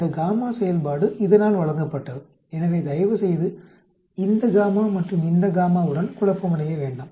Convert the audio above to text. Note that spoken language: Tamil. இந்த γ செயல்பாடு இதனால் வழங்கப்பட்டது எனவே தயவுசெய்து இந்த γ மற்றும் இந்த γ உடன் குழப்பமடைய வேண்டாம்